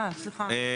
אה, סליחה.